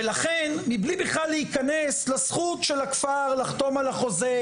ולכן מבלי בכלל להיכנס לזכות של הכפר לחתום על החוזה,